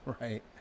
Right